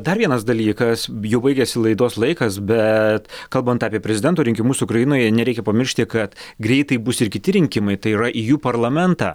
dar vienas dalykas jau baigiasi laidos laikas bet kalbant apie prezidento rinkimus ukrainoje nereikia pamiršti kad greitai bus ir kiti rinkimai tai yra į jų parlamentą